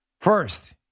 First